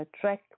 track